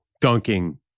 dunking